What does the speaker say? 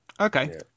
Okay